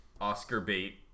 Oscar-bait